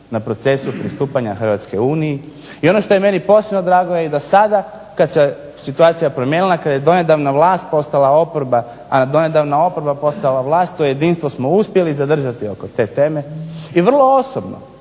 na procesu pristupanja Hrvatske Uniji i ono što je meni posebno drago je da i sada kad se situacija promijenila, kad je donedavna vlast postala oporba, a donedavna oporba postala vlast to jedinstvo smo uspjeli zadržati oko te teme i vrlo osobno,